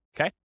okay